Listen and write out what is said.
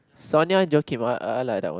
Sonia Joakim I I like that one